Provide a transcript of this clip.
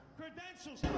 credentials